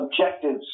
objectives